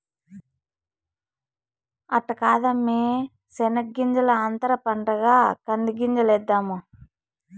అట్ట కాదమ్మీ శెనగ్గింజల అంతర పంటగా కంది గింజలేద్దాము